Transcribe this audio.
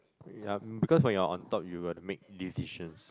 ya um because when you are on top you got to make decisions